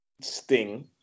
Sting